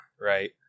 Right